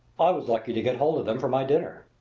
i was lucky to get hold of them for my dinner.